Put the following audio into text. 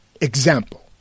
Example